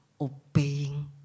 obeying